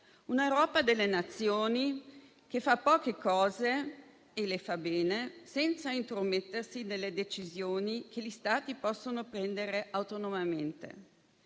Un'Europa delle nazioni, che fa poche cose e le fa bene, senza intromettersi nelle decisioni che gli Stati possono prendere autonomamente.